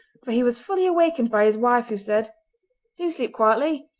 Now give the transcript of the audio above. for he was fully awakened by his wife, who said do sleep quietly!